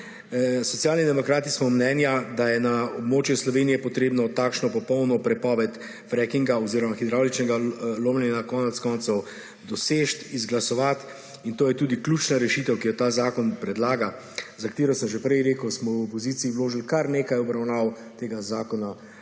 Socialni demokrati smo mnenja, da je na območju Slovenije treba takšno popolno prepoved frackinga oziroma hidravličnega lomljenja na koncu koncev doseči, izglasovati. In to je tudi ključna rešitev, ki jo ta zakon predlaga, za katero sem že prej rekel, da smo v opoziciji vložili kar nekaj obravnav tega zakona,